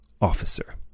Officer